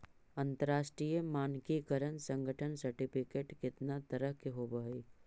अंतरराष्ट्रीय मानकीकरण संगठन सर्टिफिकेट केतना तरह के होब हई?